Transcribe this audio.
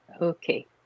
Okay